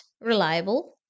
reliable